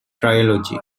trilogy